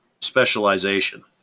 specialization